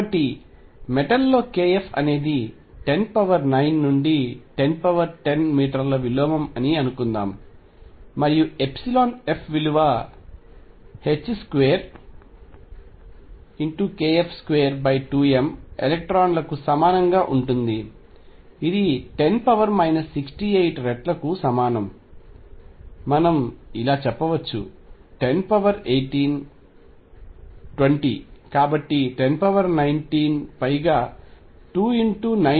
కాబట్టి మెటల్ లో kF అనేది 109 నుండి 1010 మీటర్ల విలోమం అని అనుకుందాం మరియుF విలువ 2kF22m ఎలక్ట్రాన్లకు సమానంగా ఉంటుంది ఇది 10 68 రెట్లకు సమానం మనం ఇలా చెప్పవచ్చు 1018 20 కాబట్టి 1019 పైగా 2×9